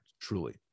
truly